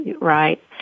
Right